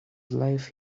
life